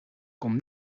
kon